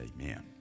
amen